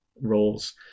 roles